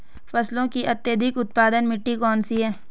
फूलों की अत्यधिक उत्पादन मिट्टी कौन सी है?